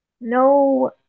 No